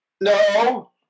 No